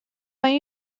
این